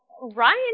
Ryan